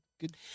good